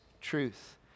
truth